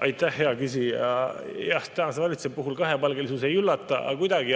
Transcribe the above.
Aitäh, hea küsija! Tänase valitsuse puhul ei üllata kahepalgelisus kuidagi.